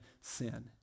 sin